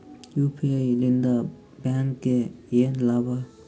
UPI ಲಿಂದ ಬ್ಯಾಂಕ್ಗೆ ಏನ್ ಲಾಭ?